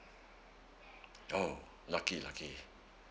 oh lucky lucky